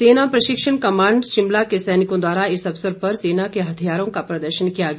सेना प्रशिक्षण कमांड शिमला के सैनिकों द्वारा इस अवसर पर सेना के हथियारों का प्रदर्शन किया गया